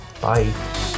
Bye